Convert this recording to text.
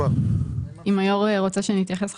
אם היו"ר רוצה שאני אתייחס עכשיו?